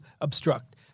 obstruct